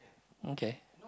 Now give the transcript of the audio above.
okay